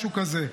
משהו כזה,